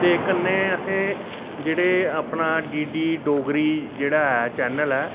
ते कन्नै असें जेह्ड़े अपना डीडी डोगरी जेह्ड़ा ऐ चैनल ऐ